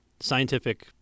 scientific